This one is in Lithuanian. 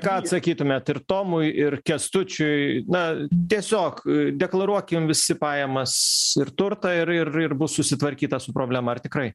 ką atsakytumėt ir tomui ir kęstučiui na tiesiog deklaruokim visi pajamas ir turtą ir ir ir bus susitvarkyta su problema ar tikrai